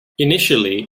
initially